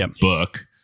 book